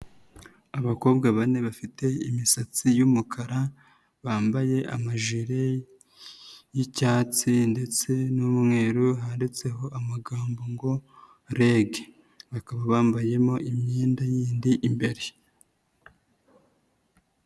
Abakobwa bane bafite imisatsi y'umukara bambaye amaje y'icyatsi ndetse n'umweru handitseho amagambo ngo REG, bakaba bambayemo imyenda yindi imbere.